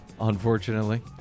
unfortunately